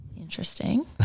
Interesting